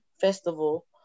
festival